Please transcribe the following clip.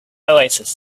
oasis